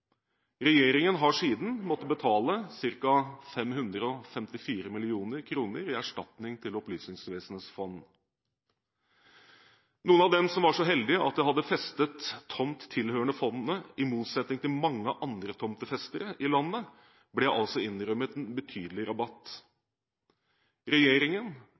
Regjeringen har siden måttet betale ca. 554 mill. kr i erstatning til Opplysningsvesenets fond. Noen av dem som var så heldige at de hadde festet tomt tilhørende fondet – i motsetning til mange andre tomtefestere i landet – ble altså innrømmet en betydelig rabatt av regjeringen,